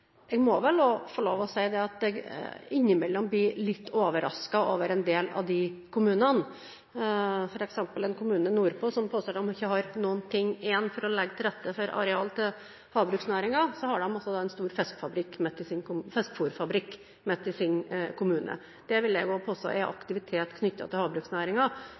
Jeg må vel også få lov til å si at jeg innimellom blir litt overrasket over en del av de kommunene, f.eks. en kommune nordpå som påstår at de ikke har noen ting igjen for å legge til rette for areal til havbruksnæringen, og så har de en stor fiskefôrfabrikk midt i sin kommune. Det vil jeg jo påstå er en aktivitet knyttet til